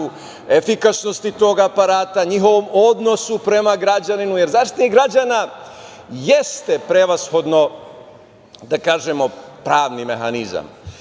efikasnosti tog aparata, njihovom odnosu prema građaninu. Jer, Zaštitnik građana jeste prevashodno, da kažemo, pravni mehanizam,